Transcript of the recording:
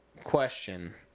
question